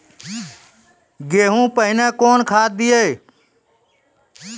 गेहूँ पहने कौन खाद दिए?